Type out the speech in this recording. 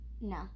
No